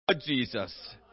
Jesus